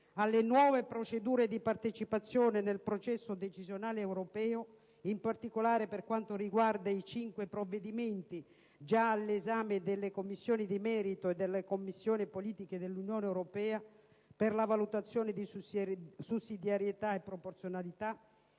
alle nuove procedure di partecipazione nel processo decisionale europeo, da una parte, in particolare per quanto riguarda i cinque provvedimenti già all'esame delle Commissioni di merito e della Commissione politiche dell'Unione europea per la valutazione di sussidiarietà e proporzionalità,